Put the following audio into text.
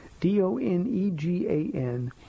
D-O-N-E-G-A-N